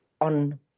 on